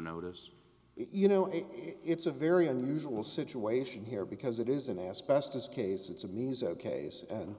notice you know if it's a very unusual situation here because it is an asbestos case it's amazing case and